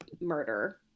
murder